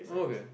okay